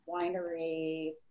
winery